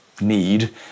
need